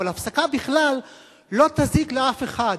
אבל הפסקה בכלל לא תזיק לאף אחד,